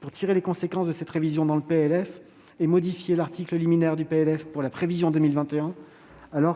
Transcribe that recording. pour tirer les conséquences de cette révision dans le PLF et modifier l'article liminaire pour la prévision relative à 2021.